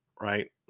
right